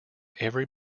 every